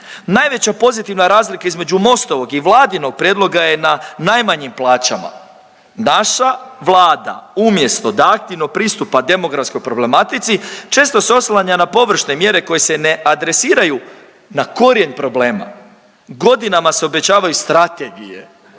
Najveća pozitivna razlika između Mostovog i Vladinog prijedloga je na najmanjim plaćama. Naša Vlada umjesto da aktivno pristupa demografskoj problematici često se oslanja na površne mjere koje se ne adresiraju na korijen problema, godinama se obećavaju strategije,